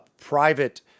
private